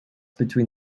between